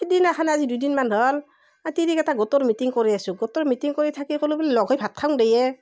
সিদিনাখন আজি দুদিনমান হ'ল তিৰিকেইটা গোটৰ মিটিং কৰি আছোঁ গোটৰ মিটিং থাকি ক'লো বোলো লগ হৈ ভাত খাওঁ দে এ